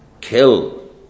kill